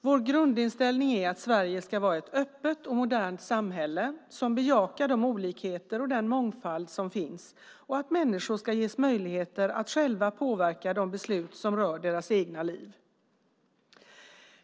Vår grundinställning är att Sverige ska vara ett öppet och modernt samhälle som bejakar de olikheter och den mångfald som finns och att människor ska ges möjligheter att själva påverka de beslut som rör deras egna liv.